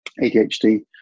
ADHD